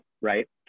right